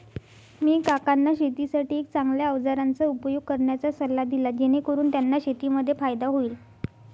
मी काकांना शेतीसाठी एक चांगल्या अवजारांचा उपयोग करण्याचा सल्ला दिला, जेणेकरून त्यांना शेतीमध्ये फायदा होईल